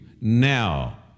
now